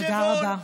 תודה רבה.